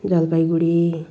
Jalpaiguri